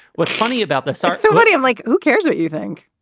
what's funny about this? so what do you like? who cares what you think?